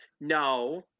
No